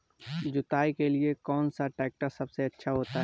जुताई के लिए कौन सा ट्रैक्टर सबसे अच्छा होता है?